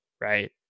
right